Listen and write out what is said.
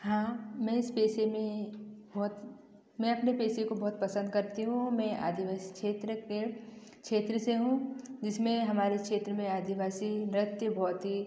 हाँ मैं इस पेशे में बहुत मैं अपने पेशे को बहुत पसंद करती हूँ मैं आदिवासी क्षेत्र के क्षेत्र से हूँ जिसमें हमारे क्षेत्र में आदिवासी नृत्य बहुत ही